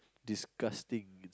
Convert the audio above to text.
disgusting